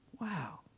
Wow